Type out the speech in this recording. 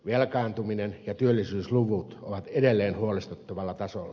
velkaantuminen ja työllisyysluvut ovat edelleen huolestuttavalla tasolla